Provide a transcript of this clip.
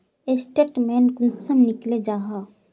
Statement कुंसम निकले जाहा?